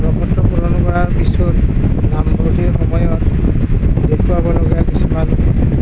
প্ৰ পত্ৰ পূৰণ কৰাৰ পিছত নামভৰ্তিৰ সময়ত দেখুৱাব লগা কিছুমান